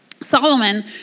Solomon